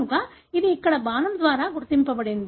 కనుక ఇది ఇక్కడ బాణం ద్వారా సూచించబడుతుంది